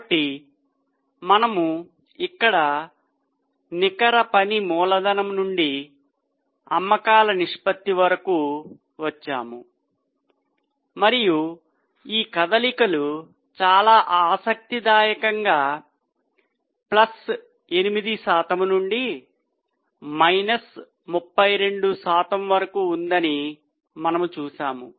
కాబట్టి మనము ఇక్కడ నికర పని మూలధనం నుండి అమ్మకాల నిష్పత్తి వరకు వచ్చాము మరియు ఈ కదలికలు చాలా ఆసక్తిదాయకంగా ప్లస్ 8 శాతం నుండి మైనస్ 32 శాతం వరకు ఉందని మనము చూశాము